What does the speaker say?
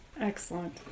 Excellent